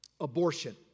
abortion